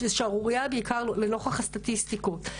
בעיקר לנוכח הסטטיסטיקות.